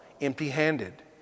empty-handed